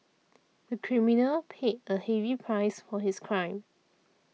the criminal paid a heavy price for his crime